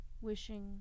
wishing